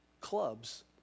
clubs